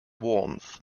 warmth